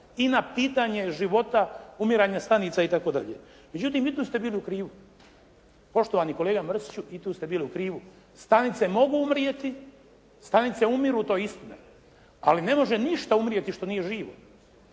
i na pitanje života, umiranja stanica i tako dalje. Međutim i tu ste bili u krivu. Poštovani kolega Mrsiću i tu ste bili u krivu. Stanice mogu umrijeti. Stanice umiru, to je istina ali ne može ništa umrijeti što nije živo.